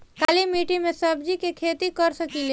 काली मिट्टी में सब्जी के खेती कर सकिले?